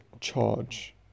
charge